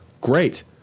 great